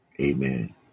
Amen